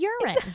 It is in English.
urine